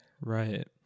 right